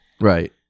Right